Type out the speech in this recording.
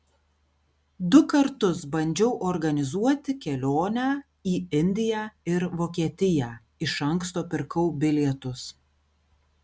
du kartus bandžiau organizuoti kelionę į indiją ir vokietiją iš anksto pirkau bilietus